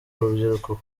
urubyiruko